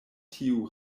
tiu